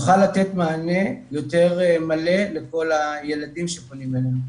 נוכל לתת מענה יותר מלא לכל הילדים שפונים אלינו.